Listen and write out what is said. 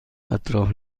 اطراف